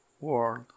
world